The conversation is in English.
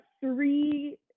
three